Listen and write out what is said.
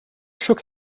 shook